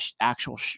actual